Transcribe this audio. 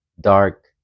dark